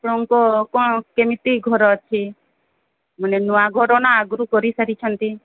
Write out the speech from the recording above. ଆପଣଙ୍କ କ'ଣ କେମିତି ଘର ଅଛି ମାନେ ନୂଆ ଘର ନା ଆଗରୁ କରିସାରିଛନ୍ତି